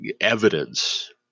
evidence